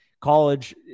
College